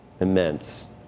immense